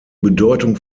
bedeutung